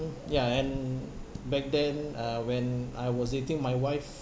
ya and back then uh when I was dating my wife